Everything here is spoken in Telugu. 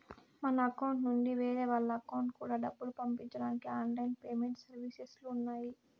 మన అకౌంట్ నుండి వేరే వాళ్ళ అకౌంట్ కూడా డబ్బులు పంపించడానికి ఆన్ లైన్ పేమెంట్ సర్వీసెస్ ఉన్నాయి